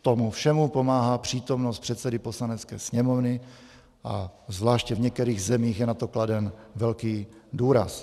Tomu všemu pomáhá přítomnost předsedy Poslanecké sněmovny a zvláště v některých zemích je na to kladen velký důraz.